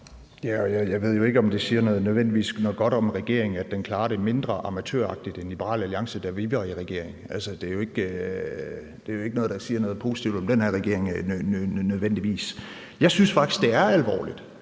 Jeg ved jo ikke, om det nødvendigvis siger noget godt om regeringen, at den klarer det mindre amatøragtigt end Liberal Alliance, da vi var i regering. Det er jo ikke noget, der nødvendigvis siger noget positivt om den her regering. Jeg synes faktisk, det er alvorligt.